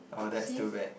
oh that's too bad